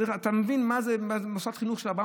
אתה מבין מה זה למוסד חינוך של 400,